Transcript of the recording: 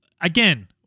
Again